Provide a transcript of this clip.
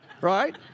Right